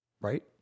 right